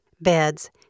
beds